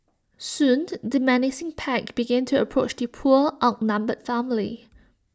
soon the menacing pack began to approach the poor outnumbered family